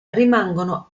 rimangono